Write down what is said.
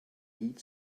heat